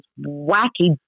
wacky